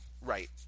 Right